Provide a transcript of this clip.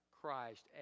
Christ